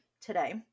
today